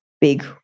big